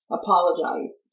apologize